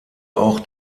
auch